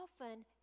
often